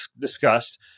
discussed